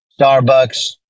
Starbucks